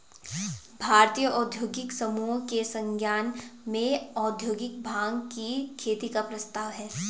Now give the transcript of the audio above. भारतीय औद्योगिक समूहों के संज्ञान में औद्योगिक भाँग की खेती का प्रस्ताव है